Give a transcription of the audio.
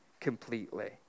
completely